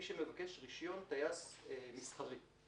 יבוא: (8)הימנעות ממצבי טיסה חריגים והיחלצות מהם,